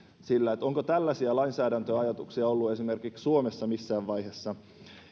sillä että onko tällaisia lainsäädäntöajatuksia ollut esimerkiksi suomessa missään vaiheessa